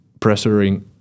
pressuring